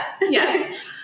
Yes